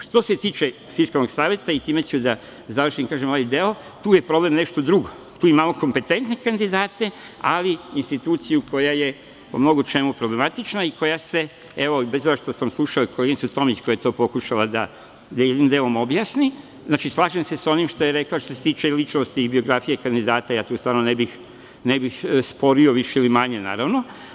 Što se tiče Fiskalnog saveta, i time ću da završim ovaj deo, tu je problem nešto drugo, tu imamo kompetentne kandidate, ali instituciju koja je po mnogo čemu problematična i koje se, evo, i bez obzira što sam slušao koleginicu Tomić koja je to pokušala da jednim delom objasni, znači slažem se sa onim što je rekla što se tiče ličnosti i biografije kandidata, tu stvarno ne bih sporio više ili manje, naravno.